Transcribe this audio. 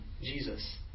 Jesus